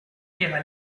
era